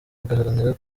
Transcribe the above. agaharanira